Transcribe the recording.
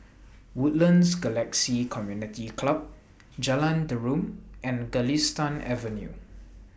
Woodlands Galaxy Community Club Jalan Derum and Galistan Avenue